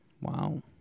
Wow